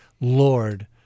Lord